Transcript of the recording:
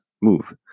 move